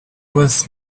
was